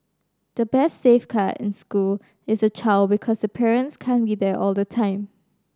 the best safe card in the school is the child because the parents can't be there all the time